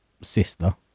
sister